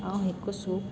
ऐं हिकु सूप